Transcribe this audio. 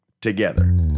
together